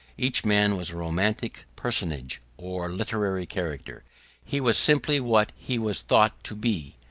each man was a romantic personage or literary character he was simply what he was thought to be,